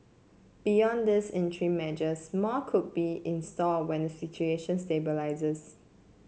beyond these interim measures more could be in store when the situation stabilises